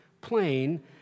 plain